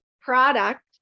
product